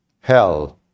hell